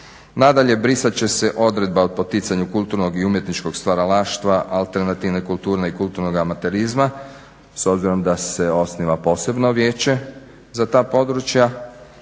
Nadalje, brisat će se odredba o poticanju kulturnog i umjetničkog stvaralaštva, alternativne kulture i kulturnoga amaterizma s obzirom da se osniva posebno vijeće za ta područja.